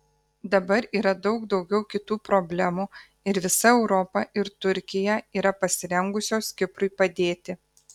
dabar yra daug daugiau kitų problemų ir visa europa ir turkija yra pasirengusios kiprui padėti